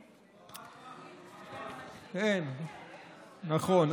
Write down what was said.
כן, נכון.